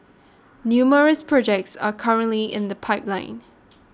numerous projects are currently in the pipeline